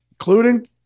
including –